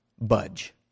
budge